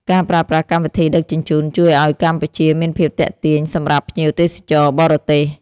ការប្រើប្រាស់កម្មវិធីដឹកជញ្ជូនជួយឱ្យកម្ពុជាមានភាពទាក់ទាញ សម្រាប់ភ្ញៀវទេសចរបរទេស។